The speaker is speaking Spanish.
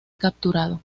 capturado